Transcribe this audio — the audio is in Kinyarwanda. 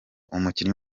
umukinnyi